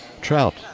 Trout